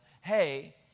hey